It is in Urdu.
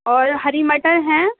اور ہری مٹر ہیں